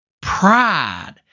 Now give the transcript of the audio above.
Pride